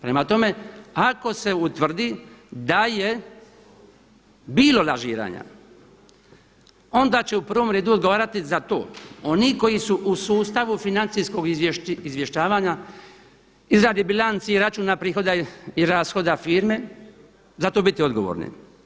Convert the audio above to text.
Prema tome, ako se utvrdi da je bilo lažiranja onda će u prvom redu odgovarati za to oni koji su u sustavu financijskog izvještavanja, izradi bilanci i računa prihoda i rashoda firme za to biti odgovorni.